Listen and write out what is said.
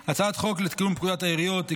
הזה בהצלחה רבה.